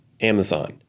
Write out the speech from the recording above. Amazon